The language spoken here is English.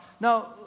Now